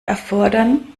erfordern